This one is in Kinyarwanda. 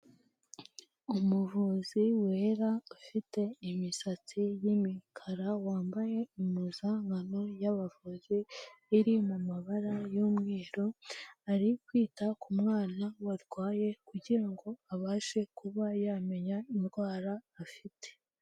Umuvuzi wera ufite imisatsi y'imikara wambaye impuzankano y'abavuzi iri mu mabara yumweru, ari kwita ku mwana warwaye kugirango abashe kuba yamenya indwara afite.